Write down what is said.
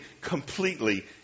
completely